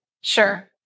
Sure